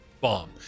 bomb